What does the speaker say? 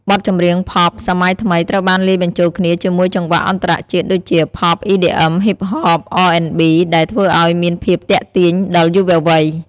បទចម្រៀងផប់សម័យថ្មីត្រូវបានលាយបញ្ចូលគ្នាជាមួយចង្វាក់អន្តរជាតិដូចជា ផប់ អ៊ីឌីអឹម ហ៊ីបហប អរអេនប៊ី ដែលធ្វើឱ្យមានភាពទាក់ទាញដល់យុវវ័យ។